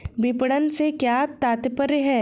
विपणन से क्या तात्पर्य है?